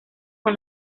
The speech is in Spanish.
con